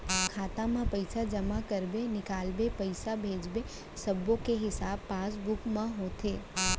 खाता म पइसा जमा करबे, निकालबे, पइसा भेजबे सब्बो के हिसाब पासबुक म होथे